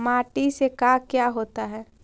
माटी से का क्या होता है?